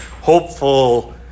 hopeful